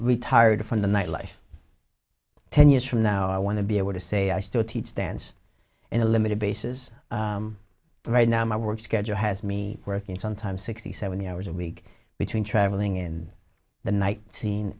retired from the nightlife ten years from now i want to be able to say i still teach dance in a limited basis right now my work schedule has me working sometimes sixty seventy hours a week between traveling in the night scene